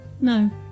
no